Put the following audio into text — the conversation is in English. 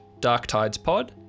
darktidespod